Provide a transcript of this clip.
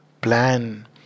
plan